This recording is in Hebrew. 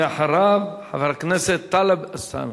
ואחריו, חבר הכנסת טלב אלסאנע.